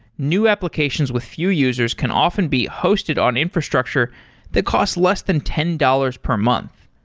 new applications with few users can often be hosted on infrastructure that cost less than ten dollars per month.